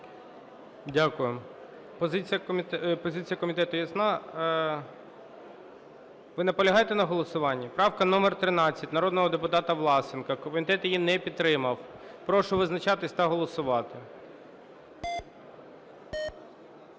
Дякую. Позиція комітету ясна. Ви наполягаєте на голосуванні? Правка номер 13 народного депутата Власенка, комітет її не підтримав. Прошу визначатися та голосувати.